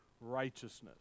righteousness